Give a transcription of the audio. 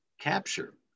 capture